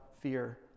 fear